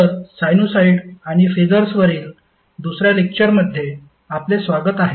तर साइनुसॉईड आणि फेसर्सवरील दुसर्या लेक्चरमध्ये आपले स्वागत आहे